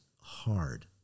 hard